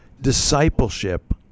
discipleship